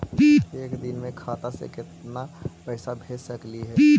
एक दिन में खाता से केतना पैसा भेज सकली हे?